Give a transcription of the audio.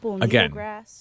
Again